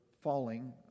falling